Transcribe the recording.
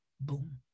Boom